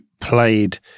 played